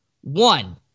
One